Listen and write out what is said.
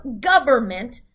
government